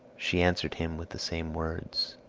she answered him with the same words.